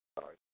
Sorry